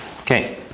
Okay